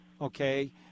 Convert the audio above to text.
Okay